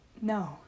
No